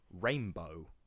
rainbow